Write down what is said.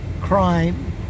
crime